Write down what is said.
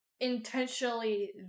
intentionally